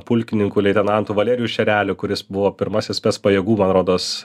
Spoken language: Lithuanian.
pulkininku leitenantu valeriju šereliu kuris buvo pirmasis spec pajėgų man rodos